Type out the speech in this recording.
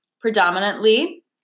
predominantly